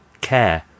care